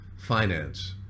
finance